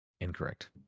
Incorrect